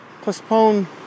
postpone